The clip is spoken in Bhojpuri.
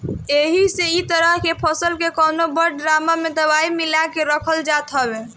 एही से इ तरह के फसल के कवनो बड़ ड्राम में दवाई मिला के रखल जात हवे